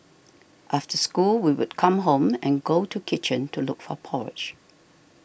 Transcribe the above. after school we would come home and go to kitchen to look for porridge